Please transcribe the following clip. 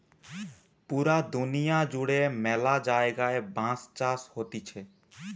পুরা দুনিয়া জুড়ে ম্যালা জায়গায় বাঁশ চাষ হতিছে